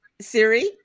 Siri